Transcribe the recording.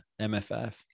MFF